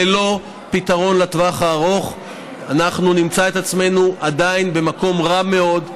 ללא פתרון לטווח הארוך אנחנו נמצא את עצמנו עדיין במקום רע מאוד,